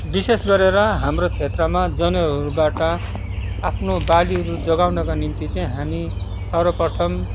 विशेष गरेर हाम्रो क्षेत्रमा जनावरहरूबाट आफ्नो बालीहरू जोगाउनका निम्ति चाहिँ हामी सर्वप्रथम